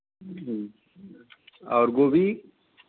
और गोभी